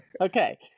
Okay